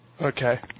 Okay